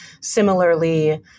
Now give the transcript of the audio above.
similarly